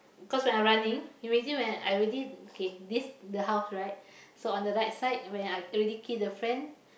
cause when I running imagine when I already okay this the house right so on the right side when I already kill the friend